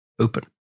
open